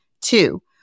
Two